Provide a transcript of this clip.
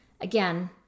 again